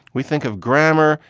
we think of grammar.